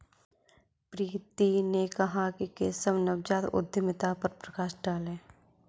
प्रीति ने कहा कि केशव नवजात उद्यमिता पर प्रकाश डालें